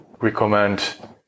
recommend